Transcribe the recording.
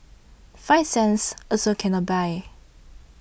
five cents also cannot buy